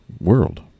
world